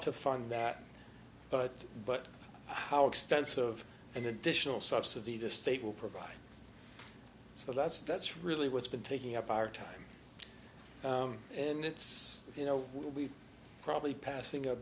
to fund that but but how extensive and additional subsidy to state will provide so that's that's really what's been taking up our time and it's you know we've probably passing a